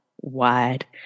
wide